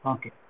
Okay